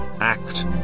Act